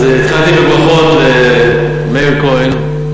אז התחלתי בברכות למאיר כהן,